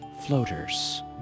Floaters